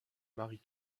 mary